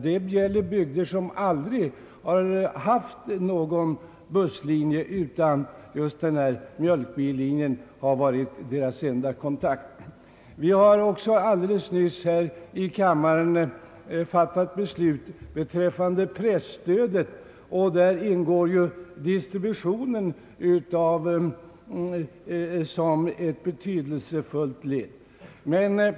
Det gäller bygder, som aldrig har haft någon busslinje; mjölkbillinjerna har varit deras enda kontaki. Vi har också alldeles nyss här i kammaren fattat beslut beträffande presstödet, och däri ingår ju distributionen som ett betydelsefullt led.